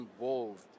involved